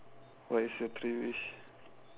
what is your three wish